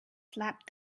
slapped